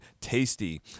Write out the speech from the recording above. tasty